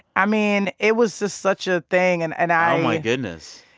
i mean, it was just such a thing. and and i. oh, my goodness.